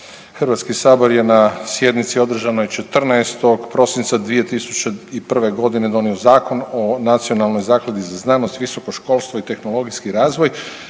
Hrvatski sabor je na sjednici održanoj 14. prosinca 2001. godine donio Zakon o Nacionalnoj zakladi za znanost, visoko školstvo i tehnologijski razvoj